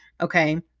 okay